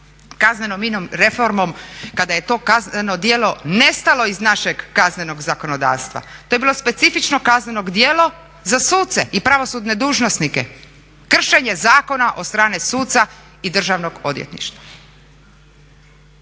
razumije./… reformom kada je to kazneno djelo nestalo iz našeg kaznenog zakonodavstva. To je bilo specifično kazneno djelo za suce i pravosudne dužnosnike, kršenje zakona od strane suca i Državnog odvjetništva,